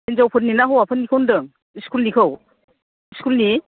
हिन्जावफोरनि ना हौवाफोरनिखौ होनदों इस्कुलनिखौ इस्कुलनि